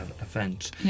event